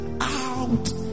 out